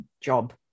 job